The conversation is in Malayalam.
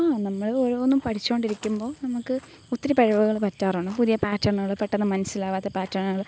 ആ നമ്മൾ ഓരോന്നും പഠിച്ചുകൊണ്ടിരിക്കുമ്പോൾ നമുക്ക് ഒത്തിരി പിഴവുകൾ പറ്റാറുണ്ട് പുതിയ പാറ്റേണുകൾ പെട്ടെന്നു മനസ്സിലാകാത്ത പാറ്റേണുകൾ